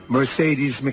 Mercedes